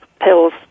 pills